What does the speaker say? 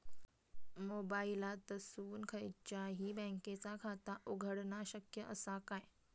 मोबाईलातसून खयच्याई बँकेचा खाता उघडणा शक्य असा काय?